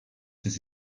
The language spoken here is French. ces